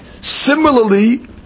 Similarly